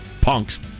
punks